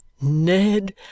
ned